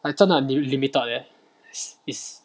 like 真的很 lim~ limited leh is is